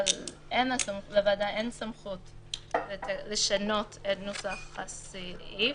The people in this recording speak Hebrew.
לוועדה אין סמכות לשנות את נוסח הסעיף.